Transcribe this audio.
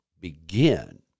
begin